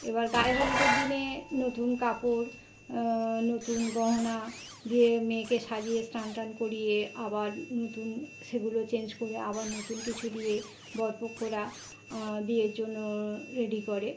এবার গায়ে হলুদের দিনে নতুন কাপড় নতুন গহনা দিয়ে মেয়েকে সাজিয়ে স্নান টান করিয়ে আবার নতুন সেগুলো চেঞ্জ করে আবার নতুন কিছু দিয়ে বরপক্ষরা বিয়ের জন্য রেডি করে